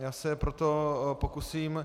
Já se proto pokusím...